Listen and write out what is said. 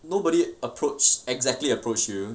nobody approach exactly approach you